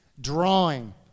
drawing